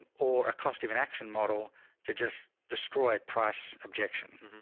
and or a cost of inaction model to just destroy a price objection.